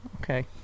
okay